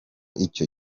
icyo